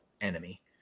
enemy